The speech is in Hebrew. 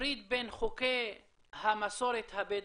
נפריד בין חוקי המסורת הבדואית,